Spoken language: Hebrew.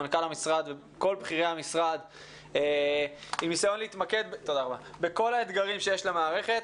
עם מנכ"ל המשרד וכל בכירי המשרד בניסיון להתמקד בכל האתגרים שיש למערכת.